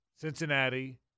Cincinnati